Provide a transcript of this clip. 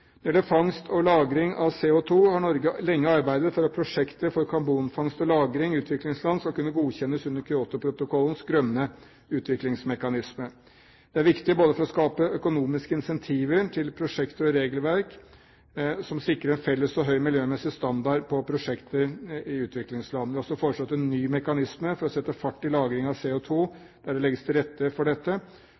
Når det gjelder fangst og lagring av CO2, har Norge lenge arbeidet for at prosjektet for karbonfangst og -lagring i utviklingsland skal kunne godkjennes under Kyotoprotokollens grønne utviklingsmekanisme. Det er viktig både for å skape økonomiske incentiver til prosjekter og regelverk som sikrer en felles og høy miljømessig standard på prosjekter i utviklingsland. Vi har også foreslått en ny mekanisme for å sette fart i lagring av CO2 der det ligger til rette for dette,